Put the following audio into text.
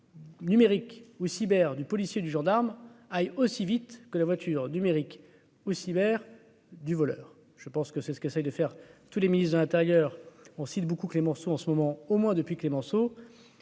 Numérique au cyber du policier et du gendarme aille aussi vite que la voiture numérique au cyber du voleur, je pense que c'est ce que c'est de faire tous les ministre de l'Intérieur, on cite beaucoup que les morceaux en ce moment au moins depuis Clémenceau,